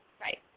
right